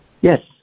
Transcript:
Yes